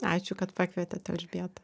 ačiū kad pakvietėt elžbieta